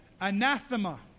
Anathema